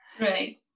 right